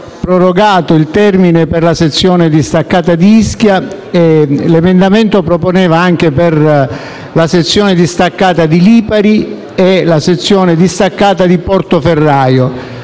prorogato il termine per la sezione distaccata di Ischia e l'emendamento 2.7 proponeva tale proroga anche per la sezione distaccata di Lipari e per la sezione distaccata di Portoferraio.